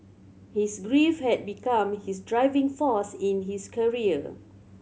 his grief had become his driving force in his career